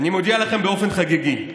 אני מודיע לכם באופן חגיגי: